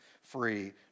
free